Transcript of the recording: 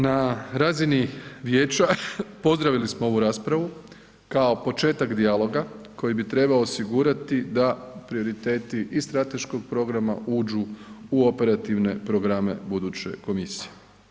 Na razini vijeća pozdravili smo ovu raspravu kao početak dijaloga koji bi trebao osigurati da prioriteti i strateškog programa uđu u operativne programe buduće komisije.